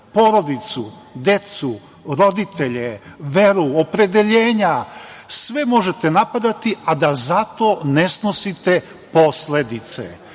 porodicu, decu, roditelje, veru, opredeljenja, sve možete napadati, a da za to ne snosite posledice. Nema